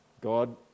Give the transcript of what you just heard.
God